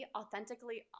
authentically